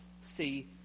see